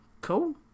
cool